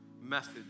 message